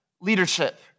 leadership